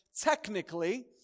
technically